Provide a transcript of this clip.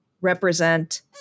represent